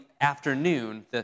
afternoon